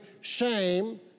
shame